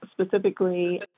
specifically